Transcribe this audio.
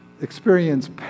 experience